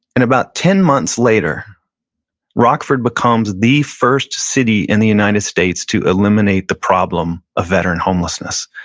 and about ten months later rockford becomes the first city in the united states to eliminate the problem of veteran homelessness.